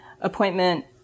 appointment